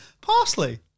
Parsley